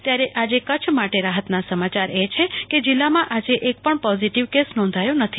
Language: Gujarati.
ત્યારે આજે કચ્છ માટે રાહતના સમાચાર છે કે જિલ્લામાં આજે એક પણ પોઝીટીવ કેસ નોંધાયો નથી